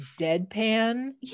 deadpan